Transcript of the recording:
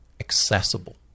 accessible